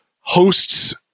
hosts